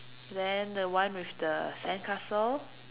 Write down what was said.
then the one with the sandcastle